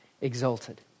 exalted